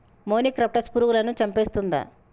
మొనిక్రప్టస్ పురుగులను చంపేస్తుందా?